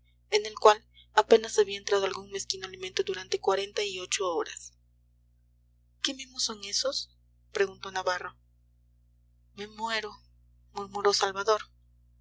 en el cual apenas había entrado algún mezquino alimento durante cuarenta y ocho horas qué mimos son esos preguntó navarro me muero murmuró salvador